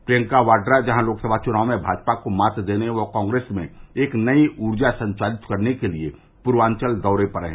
प्रियंका वाड्रा जहां लोकसभा चुनाव में भाजपा को मात देने व कांप्रेस में एक नई ऊर्जा संचालित करने के लिए पूर्वांचल दौरे पर हैं